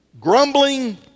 grumbling